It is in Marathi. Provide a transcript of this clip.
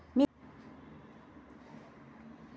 मी सागरी विमा कसा करू शकतो?